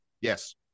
yes